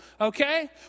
okay